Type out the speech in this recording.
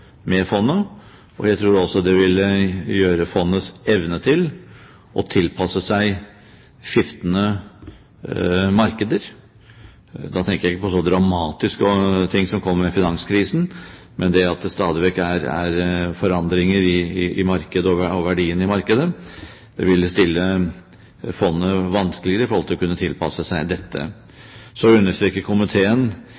med fondet. Jeg tror også det ville gjøre det vanskeligere når det gjelder fondets evne til å tilpasse seg skiftende markeder. Da tenker jeg ikke på så dramatiske ting som det som kom med finanskrisen, men det at det stadig vekk er forandringer i markedet og i verdien i markedet. Det ville stille fondet mer i vanskelighet med hensyn til å kunne tilpasse seg dette.